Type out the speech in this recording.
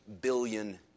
billion